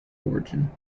origin